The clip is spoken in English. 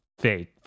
fake